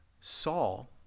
Saul